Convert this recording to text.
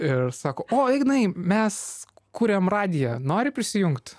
ir sako o ignai mes kuriam radiją nori prisijungt